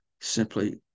simply